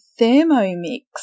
Thermomix